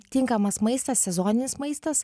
tinkamas maistas sezoninis maistas